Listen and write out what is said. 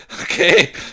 Okay